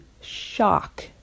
shock